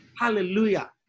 Hallelujah